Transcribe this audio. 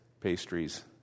pastries